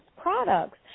products